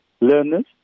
learners